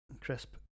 crisp